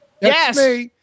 Yes